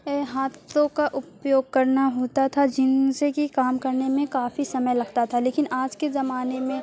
ہاتھوں کا اپیوگ کرنا ہوتا تھا جن سے کہ کام کرنے میں کافی سمے لگتا تھا لیکن آج کے زمانے میں